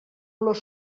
olor